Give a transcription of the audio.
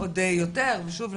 עוד יותר ושוב,